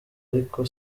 ariko